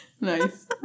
Nice